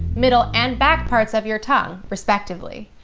middle and back parts of your tongue, respectively,